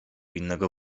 innego